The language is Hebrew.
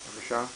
אל"ף,